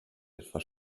etwas